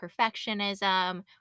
perfectionism